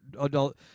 adult